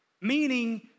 meaning